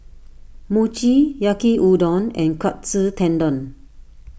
Mochi Yaki Udon and Katsu Tendon